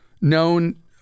known